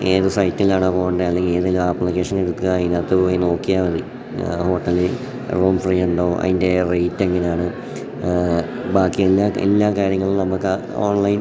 ഏതു സൈറ്റിലാണോ പോകേണ്ടേ അല്ലെങ്കിലേതിലാണ് ആപ്ലിക്കേഷനെടുക്കുക അതിനകത്ത് പോയി നോക്കിയാൽ മതി ആ ഹോട്ടലിൽ റൂം ഫ്രീയുണ്ടോ അതിൻ്റെ റേറ്റെങ്ങനെയാണ് ബാക്കി എല്ലാ എല്ലാ കാര്യങ്ങളും നമുക്കാ ഓൺലൈൻ